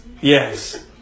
Yes